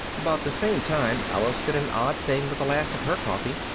about the same time alice did an odd thing with the last of her coffee.